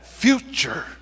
future